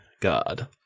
god